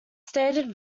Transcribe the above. stated